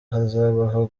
hazabaho